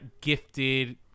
gifted